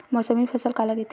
मौसमी फसल काला कइथे?